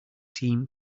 team